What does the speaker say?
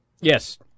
Yes